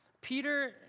Peter